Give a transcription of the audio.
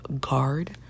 Guard